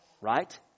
right